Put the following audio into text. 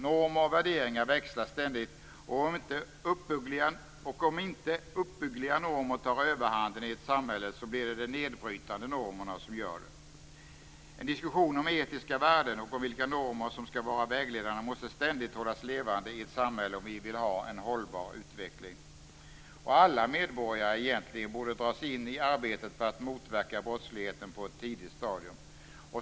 Normer och värderingar växlar ständigt. Om inte uppbyggliga normer tar överhanden i ett samhälle blir det de nedbrytande normerna som gör det. En diskussion om etiska värden och om vilka normer som skall vara vägledande måste ständigt hållas levande i ett samhälle om vi vill ha en hållbar utveckling. Alla medborgare borde egentligen dras in i arbetet med att motverka brottsligheten på ett tidigt stadium.